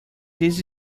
this